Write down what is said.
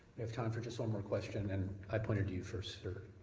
we have time for just one more question. and i pointed to you first, sir.